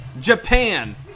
Japan